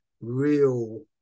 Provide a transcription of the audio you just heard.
real